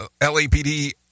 LAPD